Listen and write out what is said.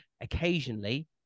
occasionally